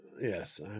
Yes